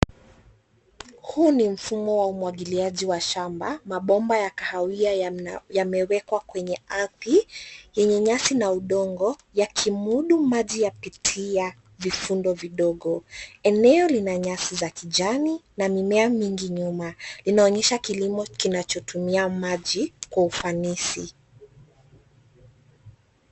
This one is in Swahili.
Huu ni mfumo wa umwagiliaji wa shamba. Mabomba ya kahawia yamewekwa kwenye ardhi, yenye nyasi na udongo, yakimudu maji yapitia vifundo vidogo. Eneo lina nyasi za kijani na mimea mingi nyuma. Inaonyesha kilimo kinachotumia maji kwa ufanisi.